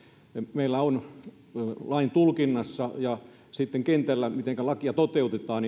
meillä on eroa lain tulkinnan ja sitten sen välillä mitenkä lakia toteutetaan